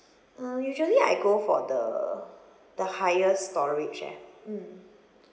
uh usually I go for the the higher storage eh mm